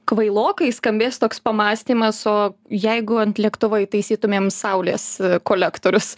kvailokai skambės toks pamąstymas o jeigu ant lėktuvo įtaisytumėm saulės kolektorius